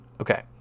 Okay